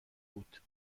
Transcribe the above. بود